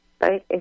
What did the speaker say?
right